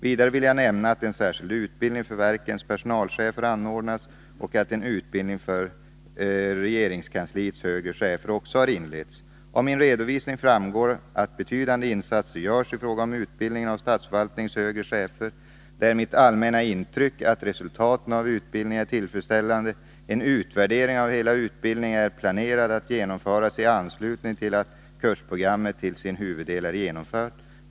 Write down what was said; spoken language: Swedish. Vidare vill jag nämna att en särskild utbildning för verkens personalchefer anordnas och att en utbildning för regeringskansliets högre chefer också har inletts. Av min redovisning framgår att betydande insatser görs i fråga om utbildningen av statsförvaltningens högre chefer. Det är mitt allmänna intryck att resultaten av utbildningen är tillfredsställande. En utvärdering av hela utbildningen är planerad att genomföras i anslutning till att kursprogrammet till sin huvuddel är genomfört.